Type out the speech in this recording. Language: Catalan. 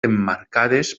emmarcades